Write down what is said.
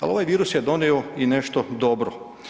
Al ovaj virus je donijeo i nešto dobro.